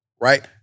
right